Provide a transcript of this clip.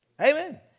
Amen